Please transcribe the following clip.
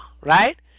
right